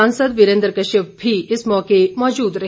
सांसद वीरेन्द्र कश्यप भी इस मौके मौजूद रहे